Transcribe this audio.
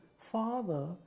father